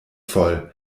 voll